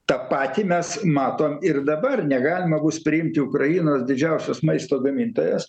tą patį mes matom ir dabar negalima bus priimti ukrainos didžiausios maisto gamintojos